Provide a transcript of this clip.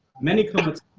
many credits.